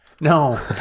No